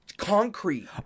concrete